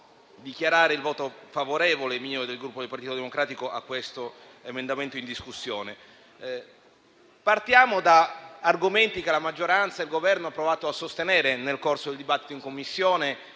Partiamo da argomenti che la maggioranza e il Governo hanno provato a sostenere nel corso del dibattito in Commissione